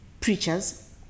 preachers